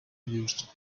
used